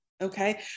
okay